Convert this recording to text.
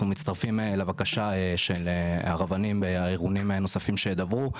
מצטרפים לבקשה של הרבנים והארגונים הנוספים שידברו.